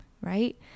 right